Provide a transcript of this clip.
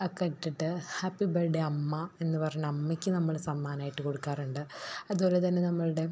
ഒക്കെ ഇട്ടിട്ട് happy birthday അമ്മ എന്നു പറഞ്ഞ് അമ്മയ്ക്ക് നമ്മൾ സമ്മാനമായിട്ട് കൊടുക്കാറുണ്ട് അതുപോലെ തന്നെ നമ്മളുടെ